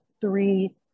three